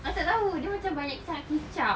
aku tak tahu dia macam banyak kicap